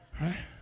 Right